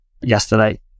yesterday